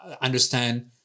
understand